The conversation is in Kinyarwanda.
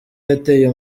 yataye